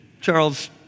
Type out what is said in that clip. Charles